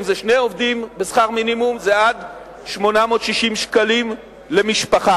ואם זה שני עובדים בשכר מינימום זה עד 860 שקלים למשפחה.